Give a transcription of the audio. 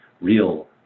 real